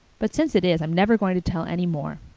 but since it is i'm never going to tell any more.